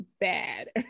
bad